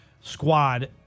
squad